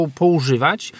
poużywać